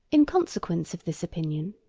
in consequence of this opinion,